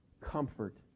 comfort